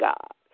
God